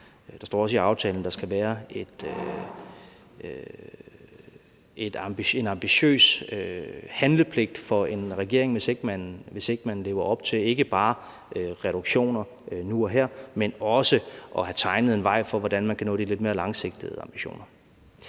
Der står også i aftalen, at der skal være en ambitiøs handlepligt for en regering, hvis ikke man lever op til ikke bare at lave reduktioner nu og her, men også at have tegnet en vej for, hvordan man kan nå de lidt mere langsigtede ambitioner.